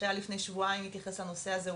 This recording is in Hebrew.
שנערך לפני שבועיים וגם הוא מתייחס לנושא הזה.